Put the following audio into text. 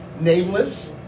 nameless